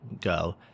go